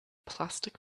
plastic